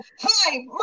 Hi